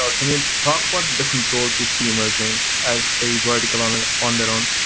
ah can you talk about the different roles you see emerging as a vertical on and on their own?